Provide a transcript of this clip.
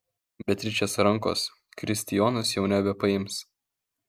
beatričės rankos kristijonas jau nebepaims